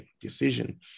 decision